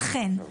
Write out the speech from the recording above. לכן,